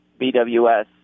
BWS